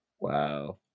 Wow